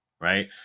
Right